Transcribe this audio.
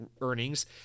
earnings